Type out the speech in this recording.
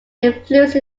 influence